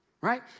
right